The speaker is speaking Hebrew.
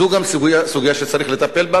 זו גם סוגיה שצריך לטפל בה,